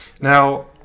Now